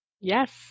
Yes